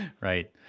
right